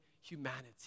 humanity